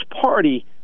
party